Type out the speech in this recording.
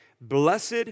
Blessed